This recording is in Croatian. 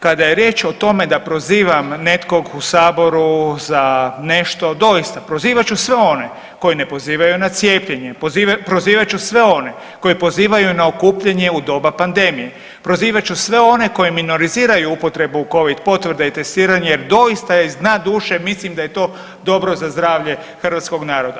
Kada je riječ o tome da prozivam netkog u Saboru za nešto, doista prozivat ću sve one koji ne pozivaju na cijepljenje, prozivat ću sve one koji pozivaju na okupljanje u doba pandemije, prozivat ću sve one koji minoriziraju upotrebu covid potvrda i testiranja jer doista iz dna duše mislim daje to dobro za zdravlje hrvatskog naroda.